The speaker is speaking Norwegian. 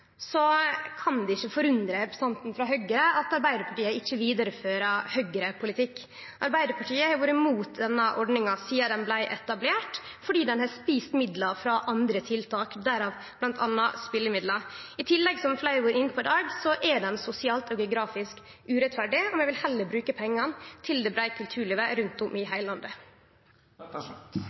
kan det ikkje forundre representanten at Arbeidarpartiet ikkje vidarefører Høgre-politikk. Arbeidarpartiet har vore imot denne ordninga sidan ho vart etablert, fordi ho har ete midlar frå andre tiltak, bl.a. spelemidlar. I tillegg, som fleire har vore inne på i dag, er ordninga sosialt og geografisk urettferdig, og vi vil heller bruke pengane til det breie kulturlivet rundt om i heile landet. Takk for svaret. Det er